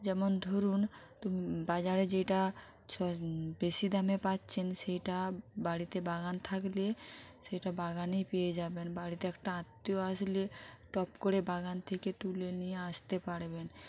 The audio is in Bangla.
যেমন ধরুন তু বাজারে যেটা ছ বেশি দামে পাচ্ছেন সেটা বাড়িতে বাগান থাকলে সেটা বাগানেই পেয়ে যাবেন বাড়িতে একটা আত্মীয় আসলে টপ করে বাগান থেকে তুলে নিয়ে আসতে পারবেন